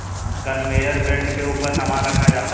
conveyor belt के ऊपर सामान रखा जाता है